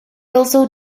also